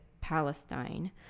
Palestine